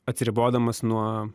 atsiribodamas nuo